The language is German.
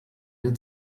den